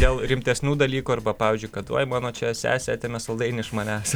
dėl rimtesnių dalykų arba pavyzdžiui kad uoj mano čia sesė atėmė saldainį iš manęs